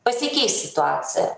pasikeis situacija